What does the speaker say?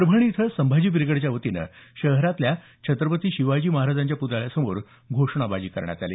परभणी इथं संभाजी ब्रिगेडच्या वतीनं शहरातल्या छत्रपती शिवाजी महाराजांच्या प्तळ्यासमोर घोषणाबाजी केली